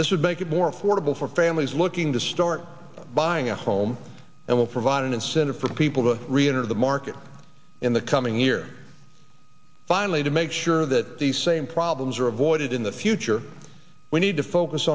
this would make it more affordable for families looking to start buying a home and will provide an incentive for people to re enter the market in the coming year finally to make sure that the same problems are avoided in the future we need to focus